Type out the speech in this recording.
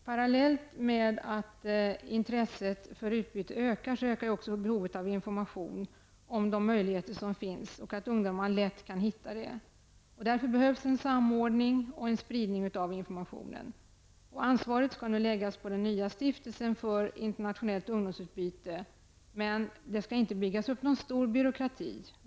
Parallellt med att intresset för utbyte blir större, ökar också behovet av att informationen om vilka möjligheter som finns lätt kommer ungdomarna till del. Därför behövs en samordning och spridning av informationen. Ansvaret skall läggas på den nya Stiftelsen för internationellt ungdomsutbyte, men det skall inte byggas upp någon stor byråkrati.